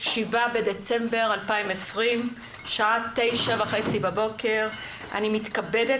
7 בדצמבר 2020. השעה 9:30. אני מתכבדת